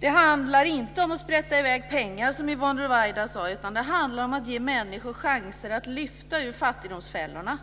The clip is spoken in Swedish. Det handlar inte om att sprätta i väg pengar, som Yvonne Ruwaida sade. Det handlar om att ge människor chanser att lyfta ur fattigdomsfällorna.